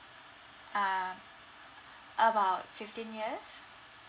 um about fifteen years